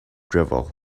drivel